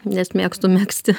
nes mėgstu megzti